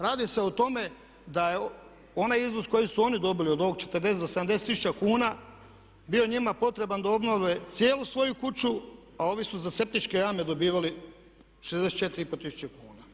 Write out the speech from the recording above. Radi se o tome da je onaj iznos koji su oni dobili od ovih 40 do 70 tisuća kuna bio njima potreban da obnove cijelu svoju kuću a ovi su za septičke jame dobivali 64,5 tisuće kuna.